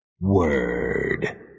Word